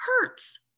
hurts